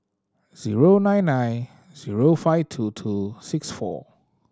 zero nine nine zero five two two six four